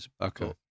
okay